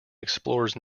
explored